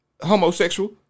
homosexual